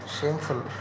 shameful